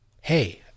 hey